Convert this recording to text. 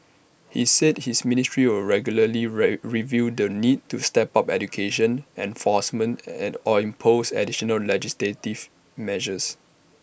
he said his ministry will regularly review the need to step up education enforcement and or impose additional legislative measures